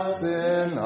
sin